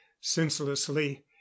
senselessly